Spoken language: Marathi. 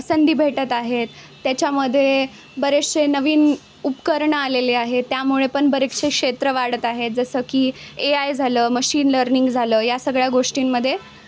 संधी भेटत आहेत त्याच्यामध्ये बरेचसे नवीन उपकरणं आलेले आहे त्यामुळे पण बरेचसे क्षेत्र वाढत आहेत जसं की ए आय झालं मशीन लर्निंग झालं या सगळ्या गोष्टींमध्ये